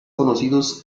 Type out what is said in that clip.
conocidos